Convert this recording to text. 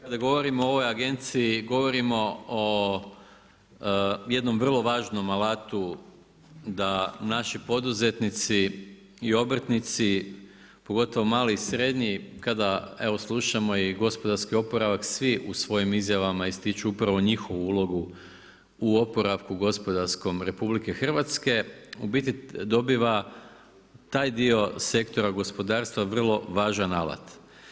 kada govorimo o ovoj agenciji govorimo o jednom vrlo važnom alatu, da naši poduzetnici i obrtnici pogotovo mali i srednji kada evo slušamo i gospodarski oporavak svi u svojim izjavama ističu upravo njihovu ulogu u oporavku gospodarsku RH, u biti dobiva taj dio sektora gospodarstva vrlo važan alat.